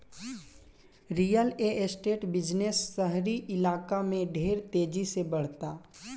real estate business शहरी इलाका में ढेर तेजी से बढ़ता